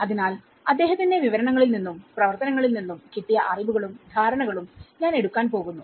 അതിനാൽ അദ്ദേഹത്തിന്റെ വിവരണങ്ങളിൽ നിന്നും പ്രവർത്തനങ്ങളിൽ നിന്നും കിട്ടിയ അറിവുകളും ധാരണകളും ഞാൻ എടുക്കാൻ പോകുന്നു